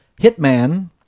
Hitman